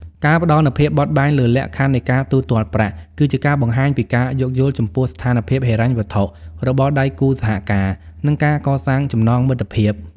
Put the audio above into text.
ការផ្តល់នូវភាពបត់បែនលើលក្ខខណ្ឌនៃការទូទាត់ប្រាក់ គឺជាការបង្ហាញពីការយោគយល់ចំពោះស្ថានភាពហិរញ្ញវត្ថុរបស់ដៃគូសហការ និងការកសាងចំណងមិត្តភាព។